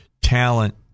talent